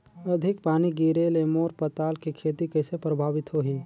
अधिक पानी गिरे ले मोर पताल के खेती कइसे प्रभावित होही?